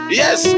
yes